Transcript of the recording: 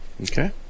Okay